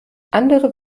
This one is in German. andere